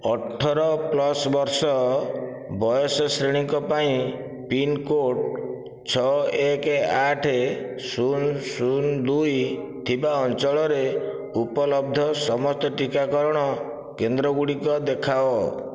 ଅଠର ପ୍ଲସ୍ ବର୍ଷ ବୟସ ଶ୍ରେଣୀଙ୍କ ପାଇଁ ପିନ୍ କୋଡ଼୍ ଛଅ ଏକ ଆଠ ଶୂନ ଶୂନ ଦୁଇ ଥିବା ଅଞ୍ଚଳରେ ଉପଲବ୍ଧ ସମସ୍ତ ଟିକାକରଣ କେନ୍ଦ୍ରଗୁଡ଼ିକ ଦେଖାଅ